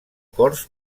corts